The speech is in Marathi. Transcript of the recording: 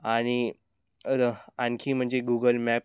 आणि र आणखी म्हणजे गुगल मॅप्स